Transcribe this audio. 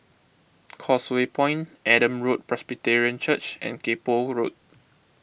Causeway Point Adam Road Presbyterian Church and Kay Poh Road